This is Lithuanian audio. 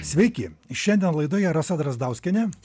sveiki šiandien laidoje rasa drazdauskienė